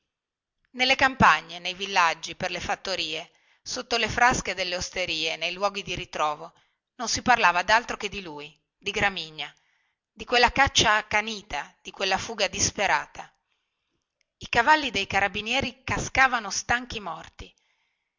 nelle campagne nei villaggi per le fattorie sotto le frasche delle osterie nei luoghi di ritrovo non si parlava daltro che di lui di gramigna di quella caccia accanita di quella fuga disperata i cavalli dei carabinieri cascavano stanchi morti